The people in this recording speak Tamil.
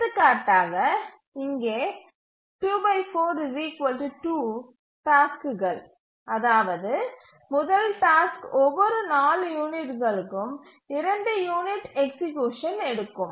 எடுத்துக்காட்டாக இங்கே டாஸ்க்குகள் அதாவது முதல் டாஸ்க் ஒவ்வொரு 4 யூனிட்டுகளுக்கும் 2 யூனிட் எக்சீக்யூசன் எடுக்கும்